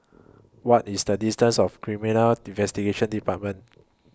What IS The distance of Criminal Investigation department